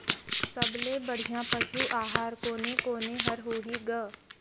सबले बढ़िया पशु आहार कोने कोने हर होही ग?